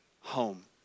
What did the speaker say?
home